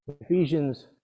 ephesians